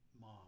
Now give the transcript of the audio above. mom